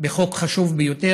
בחוק חשוב ביותר.